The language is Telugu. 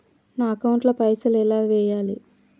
నా అకౌంట్ ల పైసల్ ఎలా వేయాలి?